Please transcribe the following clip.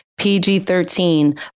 PG13